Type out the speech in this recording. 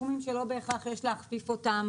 שיש תחומים שלא בהכרח יש להכפיף אותם